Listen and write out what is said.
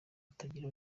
batagira